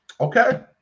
Okay